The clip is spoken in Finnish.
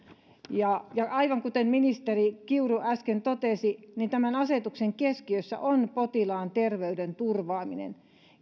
aivan kuten ministeri kiuru äsken totesi niin tämän asetuksen keskiössä on potilaan terveyden turvaaminen